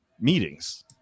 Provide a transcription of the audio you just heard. meetings